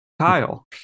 Kyle